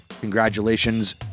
Congratulations